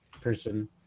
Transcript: person